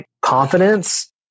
confidence